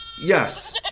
yes